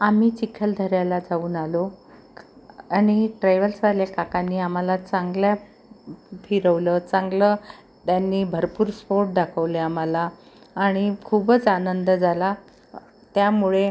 आम्ही चिखलदऱ्याला जाऊन आलो आणि ट्रॅव्हल्सवाल्या काकांनी आम्हाला चांगलं फिरवलं चांगलं त्यांनी भरपूर स्पोट दाखवले आम्हाला आणि खूपच आनंद झाला त्यामुळे